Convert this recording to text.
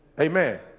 Amen